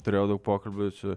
turėjau daug pokalbių su